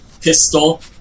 pistol